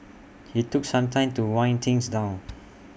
IT took some time to wind things down